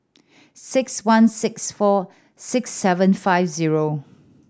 six one six four six seven five zero